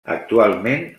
actualment